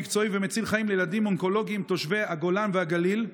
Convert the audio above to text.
מקצועי ומציל חיים לילדים אונקולוגיים תושבי הגולן והגליל,